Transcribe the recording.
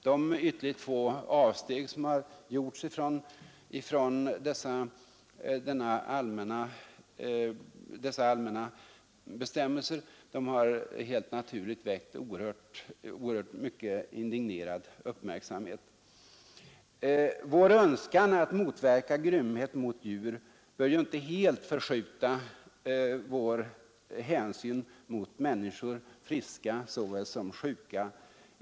De ytterligt få avsteg som har gjorts från dessa allmänna bestämmelser har helt naturligt väckt oerhört mycket indignerad uppmärksamhet. Några av dödsdomarna i Nirnbergrättegångarna 1946—1948 utdömdes mot läkare som använt människor för medicinska eller kvasimedicinska försök. Vår önskan att motverka grymhet mot djur bör ju inte helt förskjuta vår hänsyn mot människor, friska såväl som sjuka.